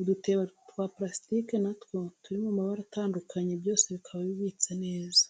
udutebo twa parasitiki na two turi mu mabara atandukanye byose bikaba bibitse neza.